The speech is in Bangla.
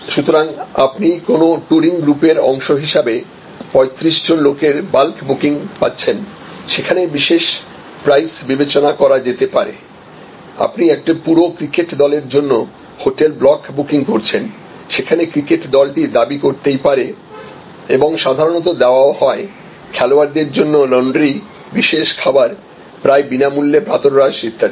সুতরাং আপনি কোনও ট্যুরিং গ্রুপের অংশ হিসাবে 35 জন লোকের বাল্ক বুকিং পাচ্ছেন সেখানে বিশেষ প্রাইস বিবেচনা করা যেতে পারে আপনি একটি পুরো ক্রিকেট দলের জন্য হোটেল ব্লক বুকিং করছেন সেখানে ক্রিকেট দলটি দাবি করতেই পারে এবং সাধারণত দেওয়া ও হয় খেলোয়াড়দের জন্য লন্ড্রি বিশেষ খাবার প্রায় বিনামূল্যে প্রাতঃরাশ ইত্যাদি